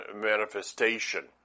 manifestation